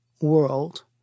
world